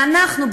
ואנחנו,